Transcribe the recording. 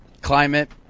climate